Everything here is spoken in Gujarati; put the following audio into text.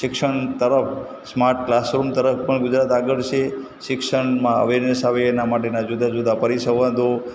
શિક્ષણ તરફ સ્માર્ટ ક્લાસરૂમ તરફ પણ ગુજરાત આગળ છે શિક્ષણમાં અવેરનેસ આવે એના માટેના જુદા જુદા પરિસંવાદો